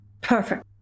Perfect